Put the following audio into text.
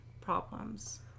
problems